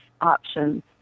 options